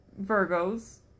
Virgos